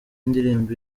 indirimbo